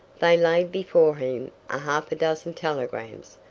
they laid before him a half dozen telegrams,